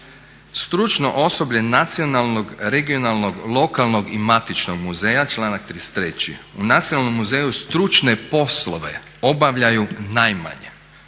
Stručno osoblje nacionalnog, regionalnog, lokalnog i matičnog muzeja članak 33.u nacionalnom muzeju stručne poslove obavljaju najmanje